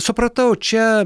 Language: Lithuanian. supratau čia